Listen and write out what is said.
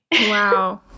Wow